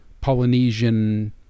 Polynesian